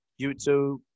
YouTube